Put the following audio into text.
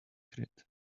secret